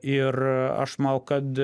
ir aš manau kad